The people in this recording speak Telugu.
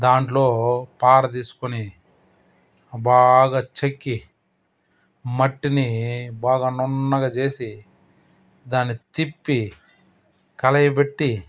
దాంట్లో పార తీసుకొని బాగ చెక్కి మట్టిని బాగ నున్నగా చేసి దాన్ని తిప్పి కలయపెట్టి